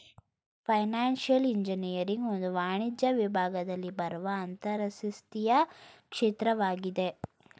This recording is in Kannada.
ಫೈನಾನ್ಸಿಯಲ್ ಇಂಜಿನಿಯರಿಂಗ್ ಒಂದು ವಾಣಿಜ್ಯ ವಿಭಾಗದಲ್ಲಿ ಬರುವ ಅಂತರಶಿಸ್ತೀಯ ಕ್ಷೇತ್ರವಾಗಿದೆ